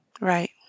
Right